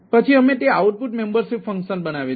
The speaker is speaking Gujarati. પછી અમે તે આઉટપુટ મેમ્બરશીપ ફંક્શન બનાવીએ છીએ